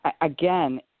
again